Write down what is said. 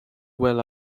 well